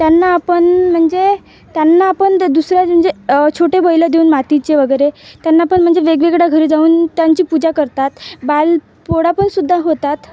त्यांना आपण म्हणजे त्यांना आपण दुसऱ्या म्हणजे छोटे बैलं देऊन मातीचे वगैरे त्यांना पण म्हणजे वेगवेगळ्या घरी जाऊन त्यांची पूजा करतात बालपोळा पण सुद्धा होतात